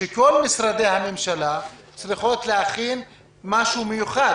שכל משרדי הממשלה צריכים להכין משהו מיוחד